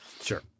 Sure